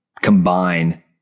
combine